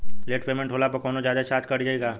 Late payment होला पर कौनोजादे चार्ज कट जायी का?